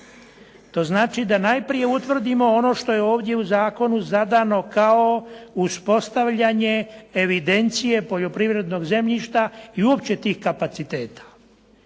to znači da najprije utvrdimo ono što je ovdje u zakonu zadano kao uspostavljanje Evidencije poljoprivrednog zemljišta i uopće tih kapaciteta.